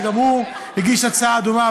שגם הוא הגיש הצעה דומה,